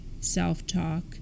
self-talk